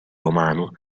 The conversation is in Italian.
romano